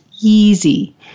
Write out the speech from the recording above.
easy